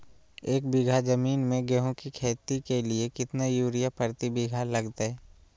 एक बिघा जमीन में गेहूं के खेती के लिए कितना यूरिया प्रति बीघा लगतय?